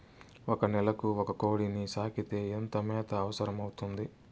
ఒక నెలకు ఒక కోడిని సాకేకి ఎంత మేత అవసరమవుతుంది?